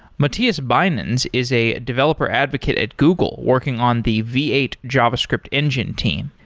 mathias bynens is a developer advocate at google working on the v eight javascript engine team.